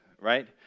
right